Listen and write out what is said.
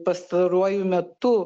pastaruoju metu